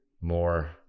more